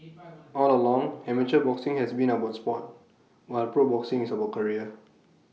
all along amateur boxing has been about Sport while pro boxing is about career